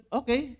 okay